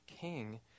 King